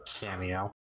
cameo